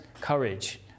courage